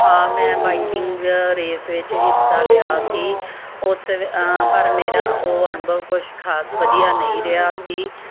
ਹਾਂ ਮੈਂ biking race ਵਿੱਚ ਹਿੱਸਾ ਲਿਆ ਸੀ ਉਸ ਪਰ ਮੇਰਾ ਉਹ ਅਨੁਭਵ ਕੁਛ ਖਾਸ ਵਧੀਆ ਨਹੀਂ ਰਿਹਾ ਸੀ